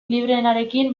libreenarekin